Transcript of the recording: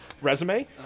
resume